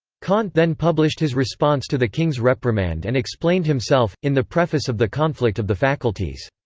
kant then published his response to the king's reprimand and explained himself, in the preface of the conflict of the faculties.